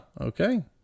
Okay